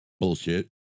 bullshit